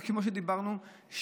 כמו שדיברנו,